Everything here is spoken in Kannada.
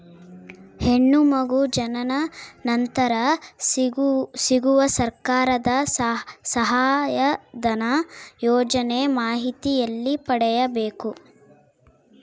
ಹೆಣ್ಣು ಮಗು ಜನನ ನಂತರ ಸಿಗುವ ಸರ್ಕಾರದ ಸಹಾಯಧನ ಯೋಜನೆ ಮಾಹಿತಿ ಎಲ್ಲಿ ಪಡೆಯಬೇಕು?